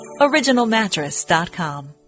OriginalMattress.com